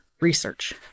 research